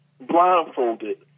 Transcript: blindfolded